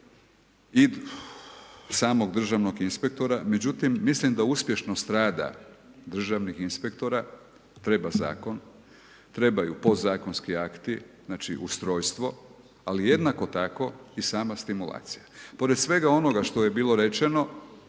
i samog državnog inspektora, međutim mislim da uspješnost rada državnih inspektora treba zakon, trebaju podzakonski akti, znači ustrojstvo ali jednako tako i sama stimulacija. Pored svega onoga što je bilo rečeno,